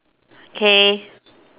okay